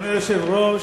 אדוני היושב-ראש,